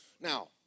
Now